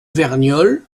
verniolle